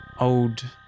old